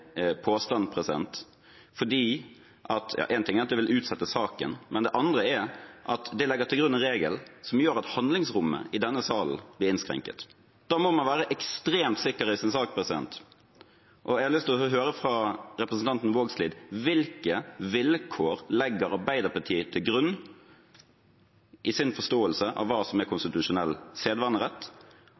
påstand. Én ting er at det vil utsette saken, men det andre er at det legger til grunn en regel som gjør at handlingsrommet i denne salen blir innskrenket. Da må man være ekstremt sikker i sin sak. Jeg har lyst til å høre fra representanten Vågslid: Hvilke vilkår legger Arbeiderpartiet til grunn i sin forståelse av hva som er konstitusjonell sedvanerett?